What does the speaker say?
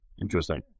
Interesting